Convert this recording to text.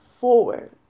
forward